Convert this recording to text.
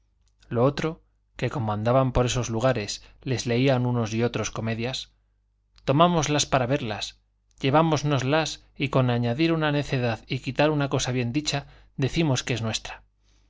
lo otro que como andaban por esos lugares les leían unos y otros comedias tomámoslas para verlas llevámonoslas y con añadir una necedad y quitar una cosa bien dicha decimos que es nuestra